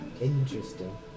Interesting